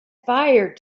fire